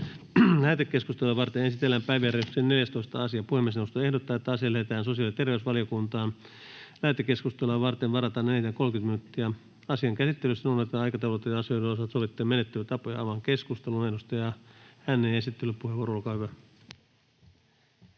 Lähetekeskustelua varten esitellään päiväjärjestyksen 14. asia. Puhemiesneuvosto ehdottaa, että asia lähetetään sosiaali- ja terveysvaliokuntaan. Lähetekeskustelua varten varataan enintään 30 minuuttia. Asian käsittelyssä noudatetaan aikataulutettujen asioiden osalta sovittuja menettelytapoja. — Avaan keskustelun. Edustaja Hänninen, esittelypuheenvuoro, olkaa hyvä.